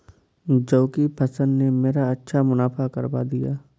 जौ की फसल ने मेरा अच्छा मुनाफा करवा दिया